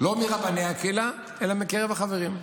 לא מרבני הקהילה אלא מקרב החברים.